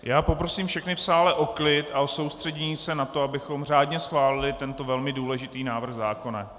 Já poprosím všechny v sále o klid a soustředění se na to, abychom řádně schválili tento velmi důležitý návrh zákona.